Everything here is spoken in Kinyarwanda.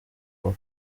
kuwa